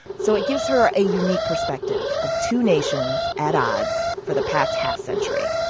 so it gives her a unique perspective of two nations at odds for the past half-century.